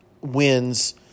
wins